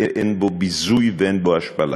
אין בו ביזוי ואין בו השפלה.